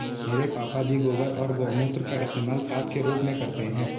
मेरे पापा जी गोबर और गोमूत्र का इस्तेमाल खाद के रूप में करते हैं